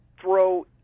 throw